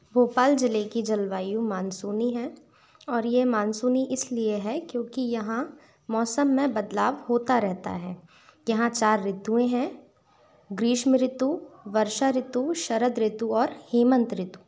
भोपाल ज़िले की जलवायु मानसूनी है और यह मानसूनी इस लिए है क्योंकि यहाँ मौसम में बदलाव होता रहता है यहाँ चार ऋतुएं हैं ग्रीष्म ऋतु वर्षा ऋतु शरद ऋतु और हेमंत ऋतु